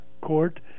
court